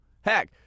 Heck